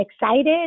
excited